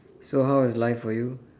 so how is life for you